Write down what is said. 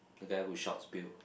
the guy who shouts Bill